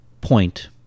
point